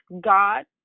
God